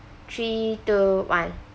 three two one